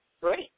great